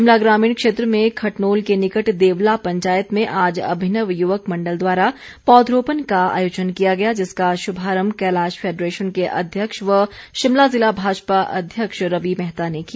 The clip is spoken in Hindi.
शिमला ग्रामीण क्षेत्र में खटनोल के निकट देवला पंचायत में आज अभिनव युवक मंडल द्वारा पौधरोपण का आयोजन किया गया जिसका शुभारंभ कैलाश फैडरेशन के अध्यक्ष व शिमला जिला भाजपा अध्यक्ष रवि मेहता ने किया